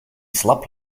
slap